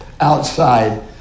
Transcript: outside